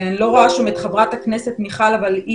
אני לא רואה שם את חברת הכנסת מיכל וונש,